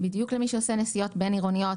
בדיוק למי שעושה נסיעות בין-עירוניות,